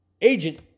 Agent